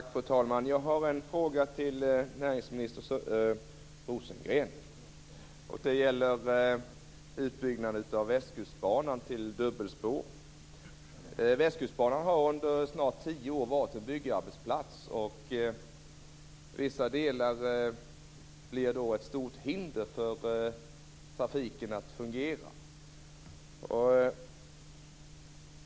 Fru talman! Jag har en fråga till näringsminister Sundström, förlåt, Rosengren. Det gäller utbyggnaden av Västkustbanan till dubbelspår. Västkustbanan har under snart tio år varit en byggarbetsplats. På vissa delar blir detta ett stort hinder för trafiken.